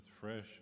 Fresh